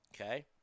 okay